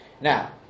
Now